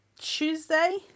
Tuesday